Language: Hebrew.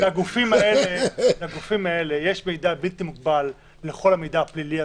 לגופים האלה יש מידע בלתי מוגבל בכל הנוגע למידע הפלילי,